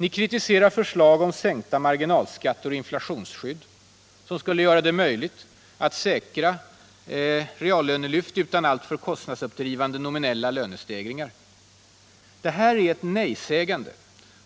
Ni kritiserar förslag om sänkta marginalskatter och inflationsskydd som skulle göra det möjligt att säkra reallönelyft utan alltför kostnadsuppdrivande nominella lönestegringar. Det här är ett nejsägande